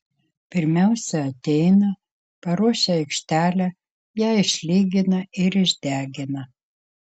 pirmiausia ateina paruošia aikštelę ją išlygina ir išdegina